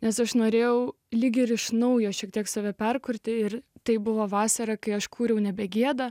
nes aš norėjau lyg ir iš naujo šiek tiek save perkurti ir tai buvo vasara kai aš kūriau nebegieda